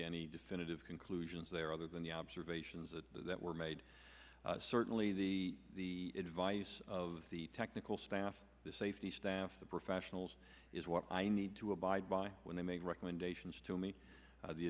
to any definitive conclusions there other than the observations that that were made certainly the the advice of the technical staff the safety staff the professionals is what i need to abide by when they make recommendations to me